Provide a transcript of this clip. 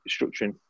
structuring